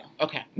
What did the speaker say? Okay